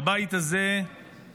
בבית הזה כאן,